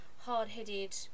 hard-headed